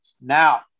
Now